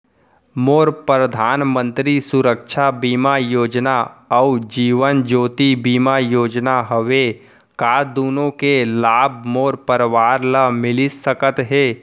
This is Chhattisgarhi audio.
मोर परधानमंतरी सुरक्षा बीमा योजना अऊ जीवन ज्योति बीमा योजना हवे, का दूनो के लाभ मोर परवार ल मिलिस सकत हे?